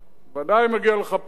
בוודאי מגיע לך פיצוי,